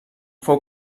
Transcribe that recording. fou